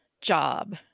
job